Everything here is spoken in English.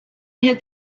had